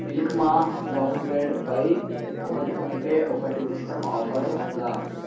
milk మా brown bread పై ఒకటి కొంటే ఒకటి ఉచితం ఆఫరు ఉందా